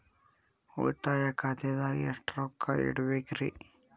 ಉಳಿತಾಯ ಖಾತೆದಾಗ ಎಷ್ಟ ರೊಕ್ಕ ಇಡಬೇಕ್ರಿ?